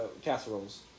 casseroles